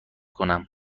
کنم